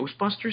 Ghostbusters